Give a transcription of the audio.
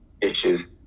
issues